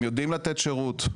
הם יודעים לתת שירות,